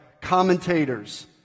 commentators